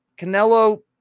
Canelo